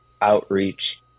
outreach